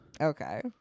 Okay